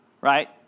right